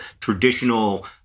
traditional